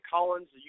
Collins